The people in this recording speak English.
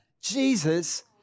Jesus